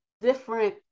different